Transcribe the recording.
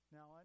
Now